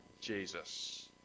Jesus